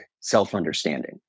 self-understanding